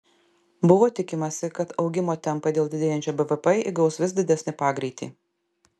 buvo tikimasi kad augimo tempai dėl didėjančio bvp įgaus vis didesnį pagreitį